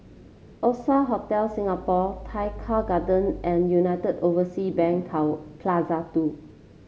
Oasia Hotel Singapore Tai Keng Garden and United Oversea Bank Cover Plaza Two